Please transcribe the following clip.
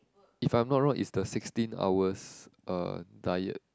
if I'm not wrong is the sixteen hours uh diet